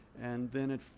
and then